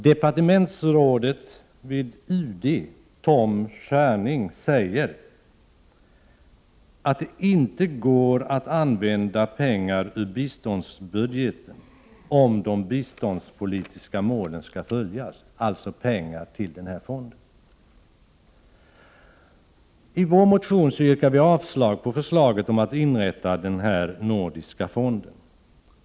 Departementsrådet vid UD Tom Scherning säger att det inte går att använda pengar ur biståndsbudgeten till denna fond, om de biståndspolitiska målen skall följas. I vår motion yrkar vi avslag på förslaget om att inrätta denna nordiska fond.